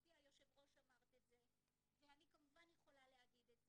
גברתי היושבת ראש אמרת את זה ואני כמובן יכולה להגיד את זה,